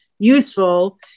useful